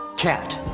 cat.